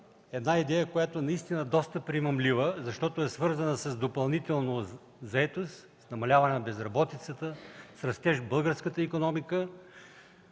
– идея, която наистина е доста примамлива, защото е свързана с допълнителна заетост, с намаляване на безработицата, с растеж в българската икономика,